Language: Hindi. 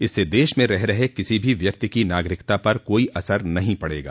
इससे देश में रह रहे किसी भी व्यक्ति की नागरिकता पर कोई असर नहीं पड़ेगा